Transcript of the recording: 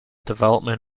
development